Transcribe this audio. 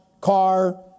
car